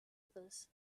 others